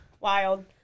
Wild